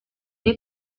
ere